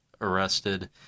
arrested